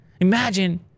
imagine